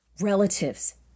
relatives